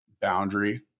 boundary